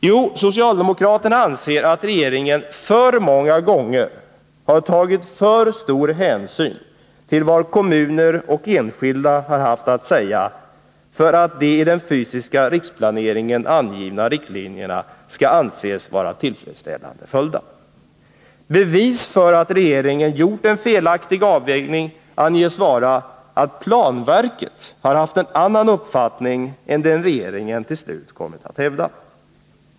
Jo, socialdemokraterna anser att regeringen för många gånger har tagit för stor hänsyn till vad kommuner och enskilda haft att säga för att de i den fysiska riksplaneringen angivna riktlinjerna skall anses vara följda. Bevis för att regeringen gjort en felaktig avvägning anges vara att planverket har haft en annan uppfattning än den regeringen till slut kommit att hävda.